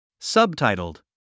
Subtitled